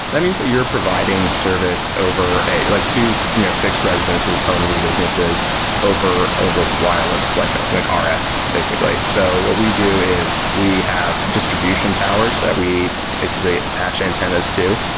that means that you're providing service over a like to you know fixed residences, homes and businesses over over wireless, like ah like ah rf basically. so what we do is we have distribution towers that we basically attach antennas to,